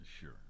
Sure